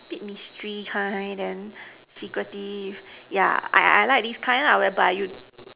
bit mystery kind then secretive yeah I I I like this kind whereby you